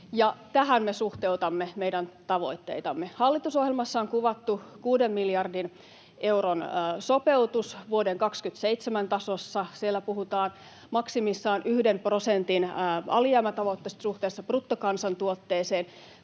tähän me suhteutamme meidän tavoitteitamme. Hallitusohjelmassa on kuvattu kuuden miljardin euron sopeutus vuoden 27 tasossa, siellä puhutaan maksimissaan yhden prosentin alijäämätavoitteesta suhteessa bruttokansantuotteeseen.